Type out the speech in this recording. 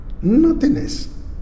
nothingness